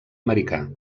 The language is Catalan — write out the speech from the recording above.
americà